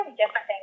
different